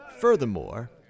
Furthermore